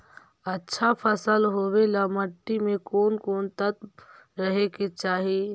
अच्छा फसल होबे ल मट्टी में कोन कोन तत्त्व रहे के चाही?